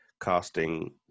casting